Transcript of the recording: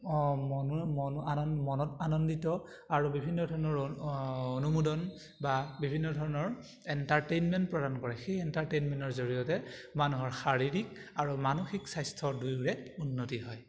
মনো মন আন মনত আনন্দিত আৰু বিভিন্ন ধৰণৰ অনুমোদন বা বিভিন্ন ধৰণৰ এণ্টাৰটেইনমেণ্ট প্ৰদান কৰে সেই এণ্টাৰটেইনমেণ্টৰ জৰিয়তে মানুহৰ শাৰীৰিক আৰু মানসিক স্বাস্থ্যৰ দুয়োৰে উন্নতি হয়